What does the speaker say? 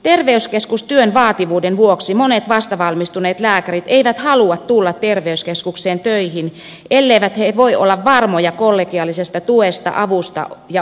terveyskeskustyön vaativuuden vuoksi monet vastavalmistuneet lääkärit eivät halua tulla terveyskeskukseen töihin elleivät he voi olla varmoja kollegiaalisesta tuesta avusta ja ohjauksesta